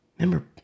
Remember